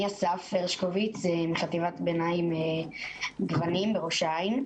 אני מחטיבת ביניים גוונים בראש העין.